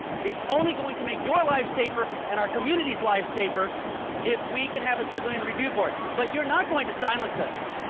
it's only going to make your lives safer and our communities' lives safer if we can have a civilian review board. but you're not going to silence us,